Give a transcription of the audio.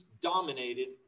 dominated